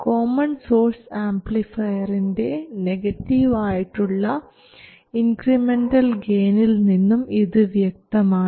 common source ആംപ്ലിഫയറിൻറെ negative ആയിട്ടുള്ള incremental ഗെയിനിൽ നിന്നും ഇത് വ്യക്തമാണ്